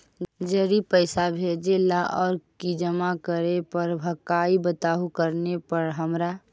जड़ी पैसा भेजे ला और की जमा करे पर हक्काई बताहु करने हमारा?